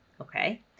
Okay